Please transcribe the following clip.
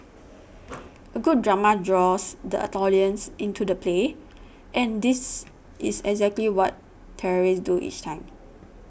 a good drama draws the audience into the play and that is exactly what terrorists do each time